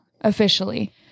officially